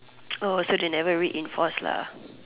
oh so they never reinforce lah